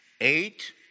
eight